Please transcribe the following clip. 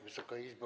Wysoka Izbo!